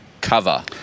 cover